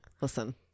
listen